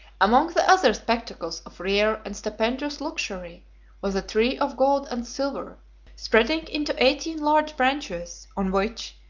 among the other spectacles of rare and stupendous luxury was a tree of gold and silver spreading into eighteen large branches, on which,